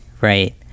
Right